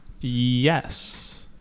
Yes